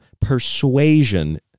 persuasion